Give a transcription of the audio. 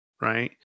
right